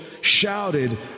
shouted